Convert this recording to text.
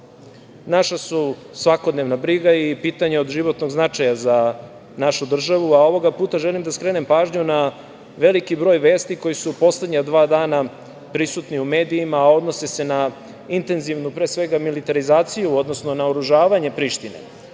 naša su svakodnevna briga i pitanje od životnog značaja za našu državu, a ovoga puta želim da skrenem pažnju na veliki broj vesti koje su poslednja dva dana prisutni u medijima, a odnose se na intenzivnu militarizaciju, odnosno naoružavanje Prištine.